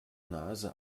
nase